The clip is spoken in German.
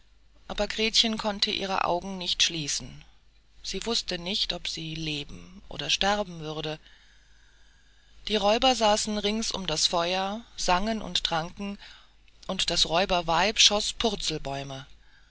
aber gretchen konnte ihre augen nicht schließen sie wußte nicht ob sie leben oder sterben würde die räuber saßen rings um das feuer sangen und tranken und das räuberweib schoß purzelbäume